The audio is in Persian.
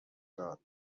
داد